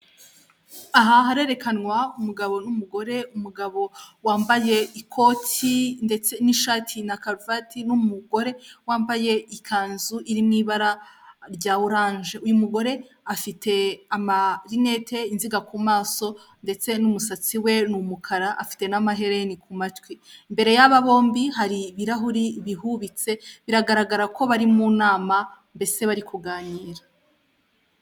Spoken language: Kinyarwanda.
Aha harerekanwa umugabo n'umugore. Umugabo wambaye ikote ndetse n'ishati na karuvate, n'umugore wambaye ikanzu iri mu ibara rya oranje, uyu mugore afite amarinete nziga ku maso ndetse n'umusatsi we ni umukara afite n'amahereni ku matwi. Imbere yabo bonbi hari ibirahuri bihubitse biragaragara ko bari mu nama mbese bari kuganira.